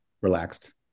relaxed